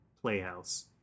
Playhouse